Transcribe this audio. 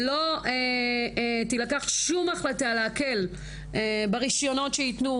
שלא תילקח שום החלטה להקל ברישיונות שייתנו